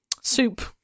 soup